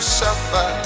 suffer